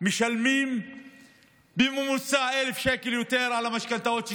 משלמים בממוצע 1,000 שקל יותר על המשכנתאות שקיבלו.